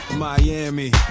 miami.